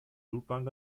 blutbahnen